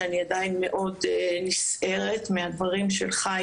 שאני מאוד נסערת עדיין מהדברים של חיים,